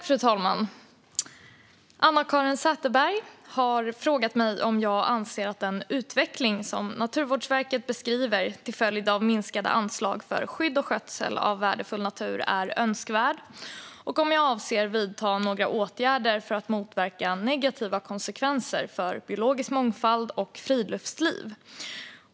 Fru talman! har frågat mig om jag anser att den utveckling som Naturvårdsverket beskriver till följd av minskade anslag för skydd och skötsel av värdefull natur är önskvärd och om jag avser att vidta några åtgärder för att motverka negativa konsekvenser för biologisk mångfald och friluftsliv.